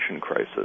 crisis